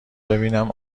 ببینم